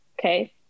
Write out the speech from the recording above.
Okay